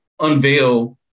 unveil